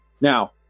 Now